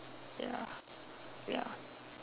ya ya